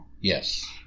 yes